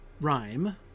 rhyme